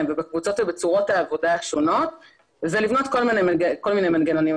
ובקבוצות ובצורות העבודה השונות ולבנות כל מיני מנגנונים.